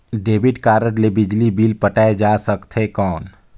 Debit card ले बिजली bill पटाय जा सकथे कौन?